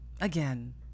again